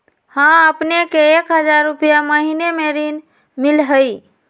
हां अपने के एक हजार रु महीने में ऋण मिलहई?